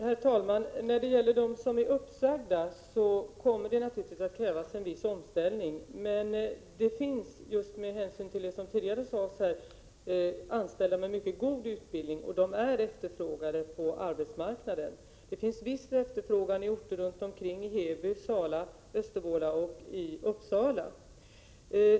Herr talman! När det gäller de uppsagda kommer det naturligtvis att krävas en viss omställning. Men det finns — detta vill jag framhålla med hänvisning till vad som här sagts — anställda med mycket god utbildning. Dessa är efterfrågade på arbetsmarknaden. Det finns viss efterfrågan i orter runt omkring — i Heby, Sala, Östervåla och Uppsala.